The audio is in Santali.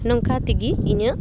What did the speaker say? ᱱᱚᱝᱠᱟ ᱛᱮᱜᱮ ᱤᱧᱟᱹᱜ